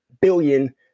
billion